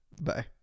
Bye